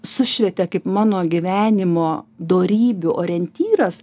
sušvietė kaip mano gyvenimo dorybių orientyras